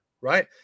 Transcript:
right